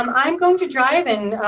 um i'm going to dive and